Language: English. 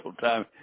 time